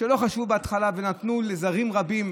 שלא חשבו בהתחלה ונתנו לזרים רבים,